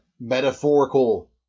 metaphorical